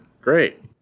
great